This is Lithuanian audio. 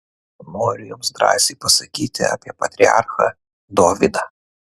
noriu jums drąsiai pasakyti apie patriarchą dovydą